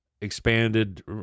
expanded